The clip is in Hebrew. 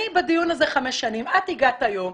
אני בדיון הזה חמש שנים, את הגעת היום.